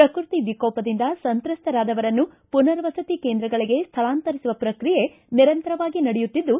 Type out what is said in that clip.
ಪ್ರಕೃತಿ ವಿಕೋಪದಿಂದ ಸಂತ್ರಸ್ತರಾದವರನ್ನು ಪುನರ್ವಸತಿ ಕೇಂದ್ರಗಳಿಗೆ ಸ್ವಳಾಂತರಿಸುವ ಪ್ರಕ್ರಿಯೆ ನಿರಂತರವಾಗಿ ನಡೆಯುತ್ತಿದ್ದು